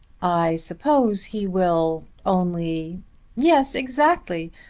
i suppose he will only yes exactly.